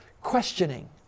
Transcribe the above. questioning